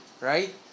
right